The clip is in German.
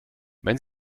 wenn